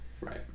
Right